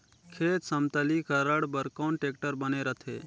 खेत समतलीकरण बर कौन टेक्टर बने रथे?